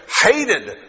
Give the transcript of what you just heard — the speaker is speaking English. hated